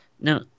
Now